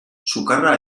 sukarra